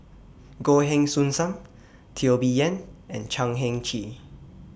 Goh Heng Soon SAM Teo Bee Yen and Chan Heng Chee